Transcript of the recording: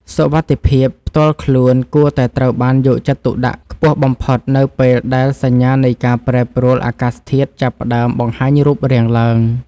សុវត្ថិភាពផ្ទាល់ខ្លួនគួរតែត្រូវបានយកចិត្តទុកដាក់ខ្ពស់បំផុតនៅពេលដែលសញ្ញានៃការប្រែប្រួលអាកាសធាតុចាប់ផ្តើមបង្ហាញរូបរាងឡើង។